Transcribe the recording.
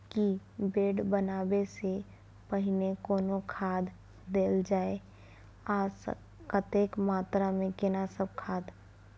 की bed बनबै सॅ पहिने कोनो खाद देल जाय आ कतेक मात्रा मे केना सब खाद?